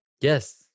Yes